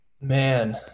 Man